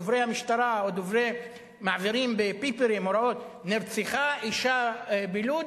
של דוברי המשטרה או דוברים שמעבירים בביפרים הודעות: נרצחה אשה בלוד,